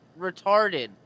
retarded